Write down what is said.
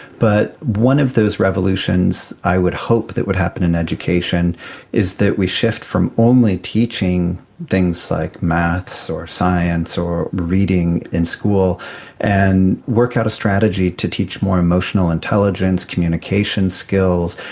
but one of those revolutions i would hope that would happen in education is that we shift from only teaching things like maths or science or reading in school and work out a strategy to teach more emotional intelligence, communication skills,